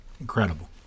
Incredible